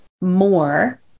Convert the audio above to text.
more